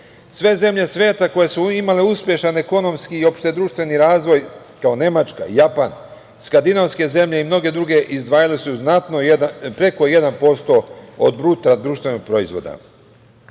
Sve zemlje sveta koje su imale uspešan ekonomski i opšte društveni razvoj kao Nemačka, Japan, Skandinavske zemlje i mnoge druge, izdvajale su preko 1% od BDP.Takođe, poštovani